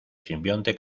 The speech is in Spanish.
simbionte